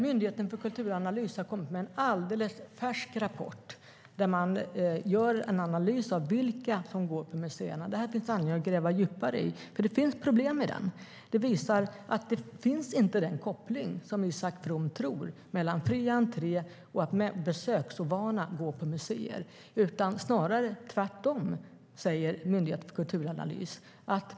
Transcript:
Myndigheten för kulturanalys har kommit med en rapport, den är alldeles färsk, där man gör en analys av vilka som går på museerna. Det här finns det anledning att gräva djupare i. Det finns problem. Rapporten visar att det inte finns den koppling som Isak From tror mellan fri entré och att besöksovana går på museer, utan snarare tvärtom, säger Myndigheten för kulturanalys.